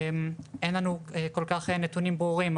אין לנו כל כך נתונים ברורים,